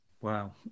Wow